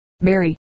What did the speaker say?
Mary